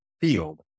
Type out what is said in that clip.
field